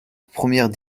première